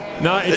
No